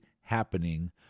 happening